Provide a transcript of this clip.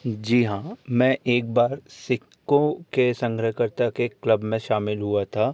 जी हाँ मैं एक बार सिक्कों के संग्रहकर्ता के क्लब में शामिल हुआ था